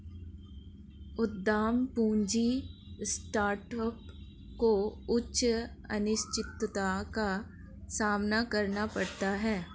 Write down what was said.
उद्यम पूंजी स्टार्टअप को उच्च अनिश्चितता का सामना करना पड़ता है